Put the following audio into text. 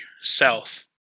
south